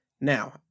Now